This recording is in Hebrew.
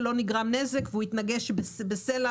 לא נגרם נזק והוא התנגש בסלע,